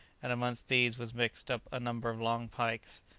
and amongst these was mixed up a number of long pikes,